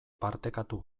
partekatu